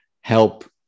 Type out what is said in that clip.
help